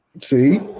See